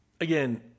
again